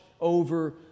over